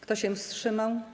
Kto się wstrzymał?